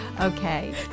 Okay